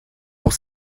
pour